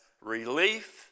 relief